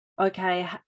okay